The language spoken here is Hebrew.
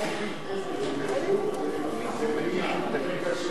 את חוק אדרי במהירות ומייד.